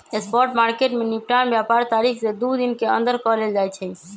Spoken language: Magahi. स्पॉट मार्केट में निपटान व्यापार तारीख से दू दिन के अंदर कऽ लेल जाइ छइ